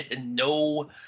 no